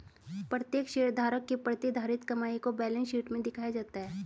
प्रत्येक शेयरधारक की प्रतिधारित कमाई को बैलेंस शीट में दिखाया जाता है